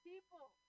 people